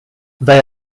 they